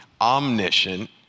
omniscient